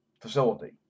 facility